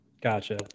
Gotcha